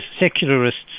secularists